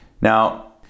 Now